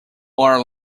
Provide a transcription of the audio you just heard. are